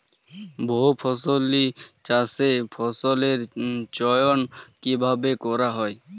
বহুফসলী চাষে ফসলের চয়ন কীভাবে করা হয়?